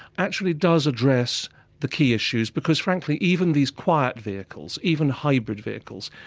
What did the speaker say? actually does address the key issues because frankly even these quiet vehicles, even hybrid vehicles,